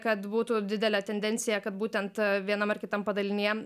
kad būtų didelė tendencija kad būtent vienam ar kitam padalinyje